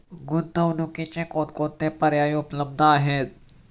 गुंतवणुकीचे कोणकोणते पर्याय उपलब्ध आहेत?